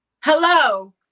Hello